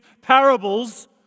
parables